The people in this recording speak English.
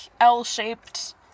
L-shaped